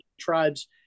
tribe's